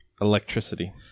Electricity